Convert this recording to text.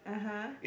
(uh huh)